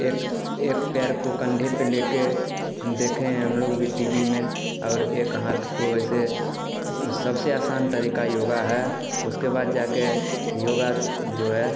एक एक पैर को कंधे पर लेकर देखे हैं हम लोग भी टीवी में और एक हाथ को ऐसे सबसे आसान तरीका योगा है उसके बाद जा कर योगा जो है